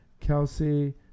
Kelsey